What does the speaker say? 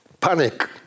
panic